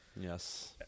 Yes